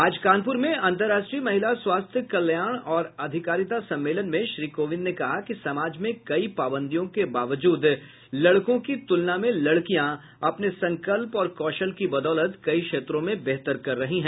आज कानपुर में अंतर्राष्ट्रीय महिला स्वास्थ्य कल्याण और अधिकारिता सम्मेलन में श्री कोविंद ने कहा कि समाज में कई पाबंदियों के बावजूद लड़कों की तुलना में लड़कियां अपने संकल्प और कौशल की बदौलत कई क्षेत्रों में बेहतर कर रही हैं